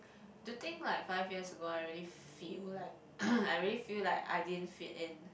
to think like five year ago I really feel like I really feel like I didn't fit in